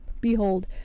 Behold